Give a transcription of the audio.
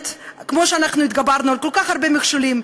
כמו שהתגברנו על כל כך הרבה מכשולים: